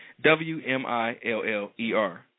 W-M-I-L-L-E-R